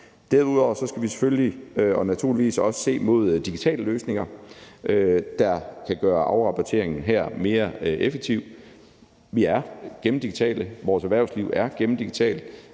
Derudover skal vi selvfølgelig og naturligvis også se mod digitale løsninger, der kan gøre afrapporteringen her mere effektiv. Vi er gennemdigitale. Vores erhvervsliv er gennemdigitalt.